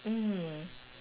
mm